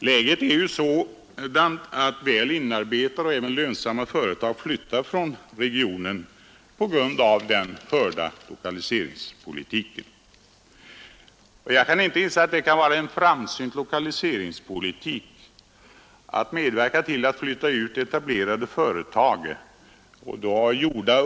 Läget är ju sådant att väl inarbetade och även väl lönsamma företag flyttar från regionen på grund av den förda lokaliseringspolitiken. Jag kan inte inse att det kan vara en framsynt lokaliseringspolitik att medverka till att flytta ut etablerade företag.